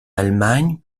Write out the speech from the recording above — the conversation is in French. allemagne